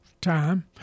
time